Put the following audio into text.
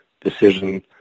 decision